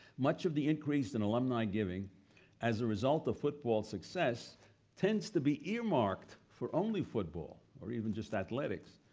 much of the increase in alumni giving as a result of football success tends to be earmarked for only football or even just athletics.